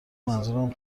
منظورم